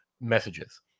messages